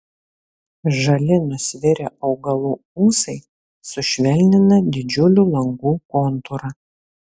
žali nusvirę augalų ūsai sušvelnina didžiulių langų kontūrą